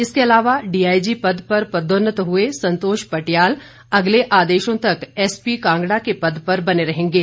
इसके अलावा डीआईजी पद पर पदोन्नत हुए संतोष पटियाल अगले आदेशों तक एसपी कांगड़ा के पद पर बने रहेंगे